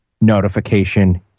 notification